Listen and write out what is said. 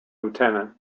lieutenant